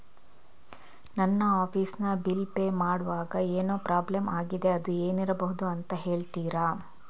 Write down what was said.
ನನ್ನ ಆಫೀಸ್ ನ bill pay ಮಾಡ್ವಾಗ ಏನೋ ಪ್ರಾಬ್ಲಮ್ ಆಗಿದೆ ಅದು ಏನಿರಬಹುದು ಅಂತ ಹೇಳ್ತೀರಾ?